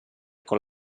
con